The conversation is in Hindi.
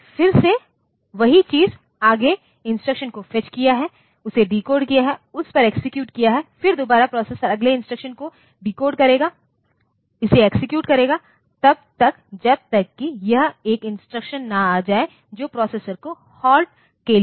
फिर फिर से वही चीज अगले इंस्ट्रक्शन को फेज किया है उसे डिकोड किया है उस पर एक्सेक्यूट किया है फिर दोबारा प्रोसेसर अगले इंस्ट्रक्शन को डिकोड करेगा इसे एक्सेक्यूट करें तब तक जब तक कि यह एक इंस्ट्रक्शन न आ जाए जो प्रोसेसर को हॉल्ट के लिए कहता है